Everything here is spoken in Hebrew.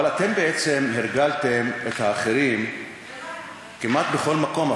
אבל אתם הרגלתם את האחרים כמעט בכל מקום,